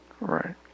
Right